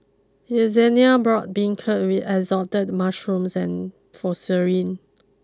Yessenia brought Beancurd with assorted Mushrooms and for